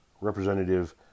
Representative